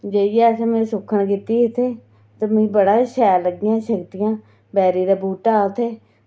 जाइयै असें सुक्खन कीती ही उत्थै ते मिगी बड़ा शैल लग्गेआ शक्तियां बैरी दा बूह्टा उत्थै